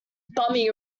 bumming